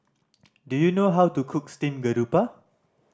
do you know how to cook steamed garoupa